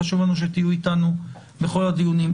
חשוב לנו שתהיו אתנו בכל הדיונים.